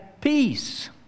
peace